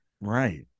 right